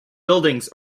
buildings